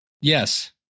Yes